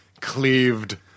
cleaved